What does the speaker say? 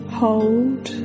hold